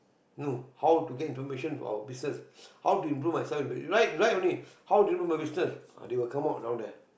no how to get information for our business how to improve myself in i~ write write only how to improve my business ah they will come out down there`